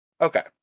Okay